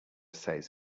says